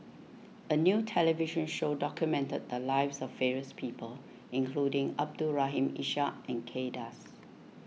a new television show documented the lives of various people including Abdul Rahim Ishak and Kay Das